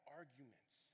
arguments